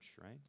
right